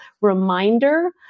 reminder